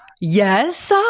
Yes